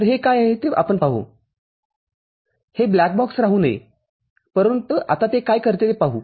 तरहे काय आहे ते आपण पाहू हे ब्लॅक बॉक्स राहू नये परंतु आता ते काय करते ते पाहू